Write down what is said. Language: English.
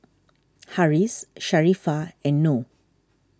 Harris Sharifah and Noh